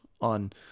on